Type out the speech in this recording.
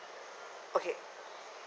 okay